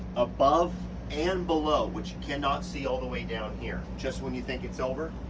above and below, which you cannot see all the way down here. just when you think it's over.